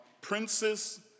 princes